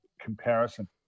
comparison